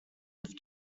have